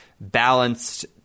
balanced